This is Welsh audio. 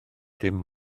dim